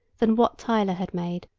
than wat tyler had made,